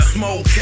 Smoke